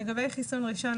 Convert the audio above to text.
לגבי חיסון ראשון,